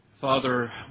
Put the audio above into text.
Father